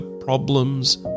problems